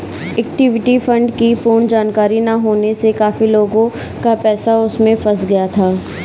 equity fund की पूर्ण जानकारी ना होने से काफी लोगों का पैसा उसमें फंस गया था